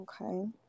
Okay